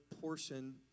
portion